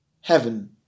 heaven